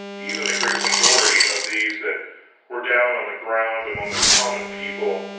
even the great majority, of these that were down on the ground among the common people,